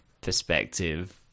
perspective